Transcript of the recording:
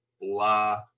blah